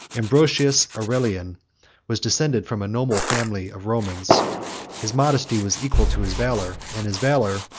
ambrosius aurelian was descended from a noble family of romans his modesty was equal to his valor, and his valor,